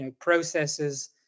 processes